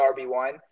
RB1